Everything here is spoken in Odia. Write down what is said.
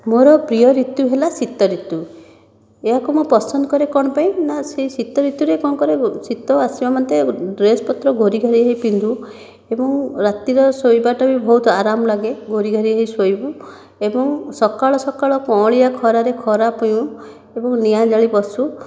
ମୋର ପ୍ରିୟ ଋତୁ ହେଲା ଶୀତ ଋତୁ ଏହାକୁ ମୁଁ ପସନ୍ଦ କରେ କ'ଣ ପାଇଁନା ସେହି ଶୀତ ଋତୁରେ କ'ଣ କରେ ଶୀତ ଆସିବା ମାତ୍ରେ ଡ୍ରେସ୍ ପତ୍ର ଘୋଡ଼ିଘାଡ଼ି ହୋଇ ପିନ୍ଧୁ ଏବଂ ରାତିର ଶୋଇବାଟା ବି ବହୁତ ଆରାମ ଲାଗେ ଘୋଡ଼ିଘାଡ଼ି ହୋଇ ଶୋଇବୁ ଏବଂ ସକାଳ ସକାଳ କଅଁଳିଆ ଖରାରେ ଖରା ପୁଉଁ ଏବଂ ନିଆଁ ଜାଳି ବସୁ